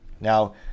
now